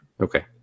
Okay